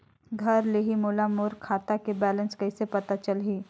घर ले ही मोला मोर खाता के बैलेंस कइसे पता चलही?